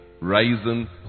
rising